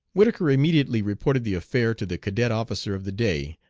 whittaker immediately reported the affair to the cadet officer of the day,